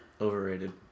Overrated